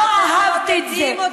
לא אהבת את זה,